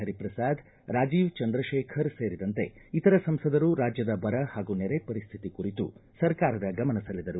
ಹರಿಪ್ರಸಾದ್ ರಾಜೀವ್ ಚಂದ್ರತೇಖರ್ ಸೇರಿದಂತೆ ಇತರ ಸಂಸದರು ರಾಜ್ಜದ ಬರ ಹಾಗೂ ನೆರೆ ಪರಿಸ್ಥಿತಿ ಕುರಿತು ಸರ್ಕಾರದ ಗಮನ ಸೆಳೆದರು